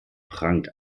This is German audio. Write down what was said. prangt